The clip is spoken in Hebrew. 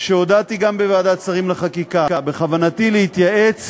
שהודעתי גם בוועדת השרים לחקיקה: בכוונתי להתייעץ